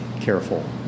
careful